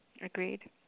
Agreed